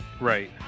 right